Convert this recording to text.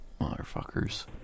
Motherfuckers